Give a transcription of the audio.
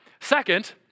Second